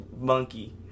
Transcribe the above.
monkey